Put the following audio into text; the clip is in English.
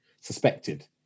suspected